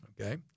Okay